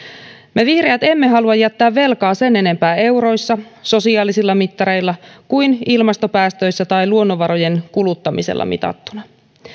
me vihreät emme halua jättää velkaa sen enempää euroissa sosiaalisilla mittareilla kuin ilmastopäästöissä tai luonnonvarojen kuluttamisella mitattuna